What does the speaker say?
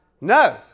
No